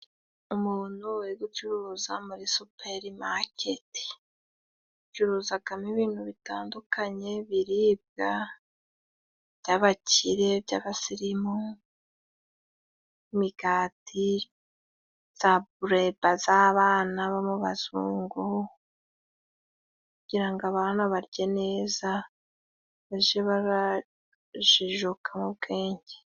Umuntu uri gucuruza muri superi maketi, acuruzagamo ibintu bitandukanye, ibiribwa by'abakire, by'abasirimu, imigati, za bleba z'abana b'abazungu kugira ngo abana barye neza baje barajijuka ho ubwenge.